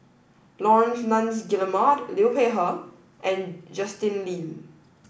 Laurence Nunns Guillemard Liu Peihe and Justin Lean